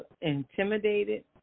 intimidated